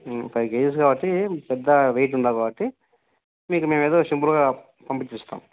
five KGs కాబట్టి పెద్ద weight ఉండదు కాబట్టి మీకు మేము ఏదో సింపుల్గా పంపించేస్తాం